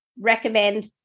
recommend